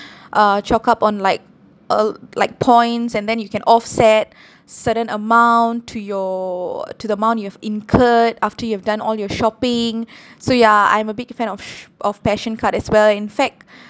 uh chalk up on like uh l~ like points and then you can offset certain amount to your to the amount you have incurred after you have done all your shopping so ya I'm a big fan of ssio~ of PAssion card as well in fact